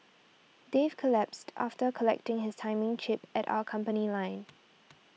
Dave collapsed after collecting his timing chip at our company line